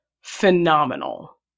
phenomenal